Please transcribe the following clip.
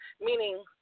meaning